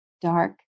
dark